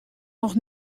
noch